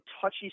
touchy